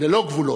ללא גבולות,